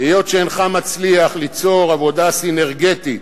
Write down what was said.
היות שאינך מצליח ליצור עבודה סינרגטית